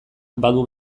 badu